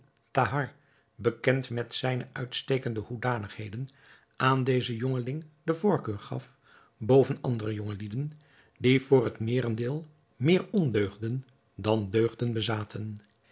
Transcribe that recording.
thahar bekend met zijne uitstekende hoedanigheden aan dezen jongeling de voorkeur gaf boven andere jongelieden die voor het meerendeel meer ondeugden dan deugden bezaten